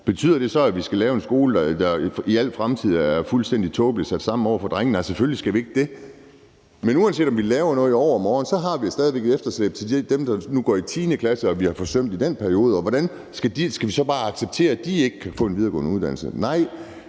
Betyder det så, at vi skal lave en skole, der i al fremtid er fuldstændig tåbeligt sat sammen over for drengene? Nej, selvfølgelig skal vi ikke det. Men uanset om vi laver noget i overmorgen, har vi stadig væk et efterslæb i forhold til dem, der nu går i 10. klasse, og som vi har forsømt i den periode. Og skal vi så bare acceptere, at de ikke kan få en videregående uddannelse? Nej,